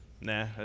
Nah